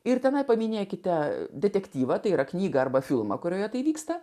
ir tenai paminėkite detektyvą tai yra knygą arba filmą kurioje tai vyksta